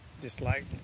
dislike